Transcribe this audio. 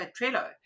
Trello